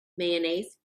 mayonnaise